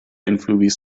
influis